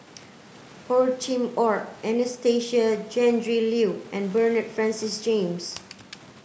Hor Chim Or Anastasia Tjendri Liew and Bernard Francis James